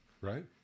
right